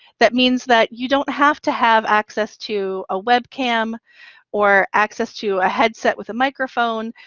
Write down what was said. that means that you don't have to have access to a webcam or access to a headset with a microphone.